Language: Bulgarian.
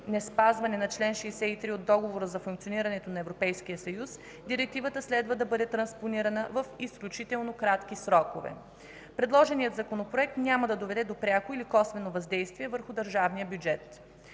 неспазване на чл. 63 от Договора за функционирането на Европейския съюз Директивата следва да бъде транспонирана в изключително кратки срокове. Предложеният Законопроект няма да доведе до пряко или косвено въздействие върху държавния бюджет.